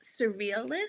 surrealist